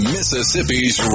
Mississippi's